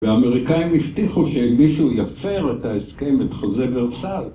והאמריקאים הבטיחו שאם מישהו יפר את ההסכם, את חוזה ורסיי...